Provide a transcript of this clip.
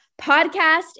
podcast